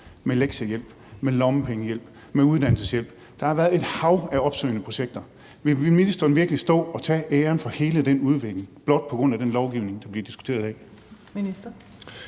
med lektiehjælp, med lommepengehjælp og med uddannelseshjælp. Der har været et hav af opsøgende projekter. Vil ministeren virkelig stå og tage æren for hele den udvikling blot på grund af den lovgivning, der bliver diskuteret i dag?